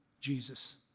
Jesus